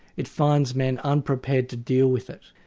it finds men unprepared to deal with it',